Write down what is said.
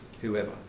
whoever